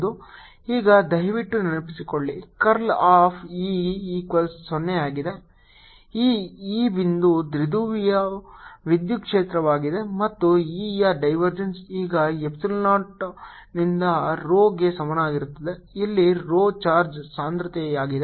ಈಗ ದಯವಿಟ್ಟು ನೆನಪಿಸಿಕೊಳ್ಳಿ ಕರ್ಲ್ ಆಫ್ E ಈಕ್ವಲ್ಸ್ 0 ಆಗಿದೆ ಈ E ಬಿಂದು ದ್ವಿಧ್ರುವಿಯ ವಿದ್ಯುತ್ ಕ್ಷೇತ್ರವಾಗಿದೆ ಮತ್ತು E ಯ ಡೈವರ್ಜೆನ್ಸ್ ಈಗ ಎಪ್ಸಿಲಾನ್ ನಾಟ್ನಿಂದ rho ಗೆ ಸಮಾನವಾಗಿರುತ್ತದೆ ಇಲ್ಲಿ rho ಚಾರ್ಜ್ ಸಾಂದ್ರತೆಯಾಗಿದೆ